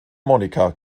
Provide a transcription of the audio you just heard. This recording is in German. monica